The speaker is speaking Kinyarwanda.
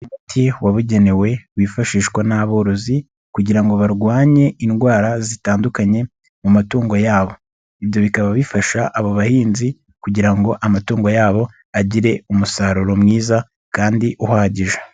Umuti wabugenewe wifashishwa n'aborozi kugira ngo barwanye indwara zitandukanye mu matungo yabo, ibyo bikaba bifasha abo bahinzi kugira ngo amatungo yabo agire umusaruro mwiza kandi uhagije.